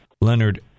Leonard